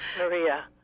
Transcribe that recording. Maria